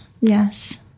Yes